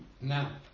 Now